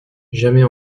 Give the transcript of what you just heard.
jamais